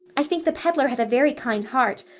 i think the peddler had a very kind heart,